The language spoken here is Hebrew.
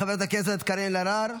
חברת הכנסת קארין אלהרר,